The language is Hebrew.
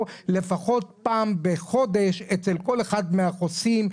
לפחות פעם בחודש אצל כל אחד מהחוסים,